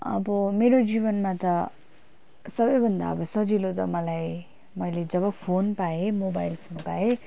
अब मेरो जीवनमा त सबैभन्दा अब सजिलो त मलाई मैले जब फोन पाएँ मोबाइल फोन पाएँ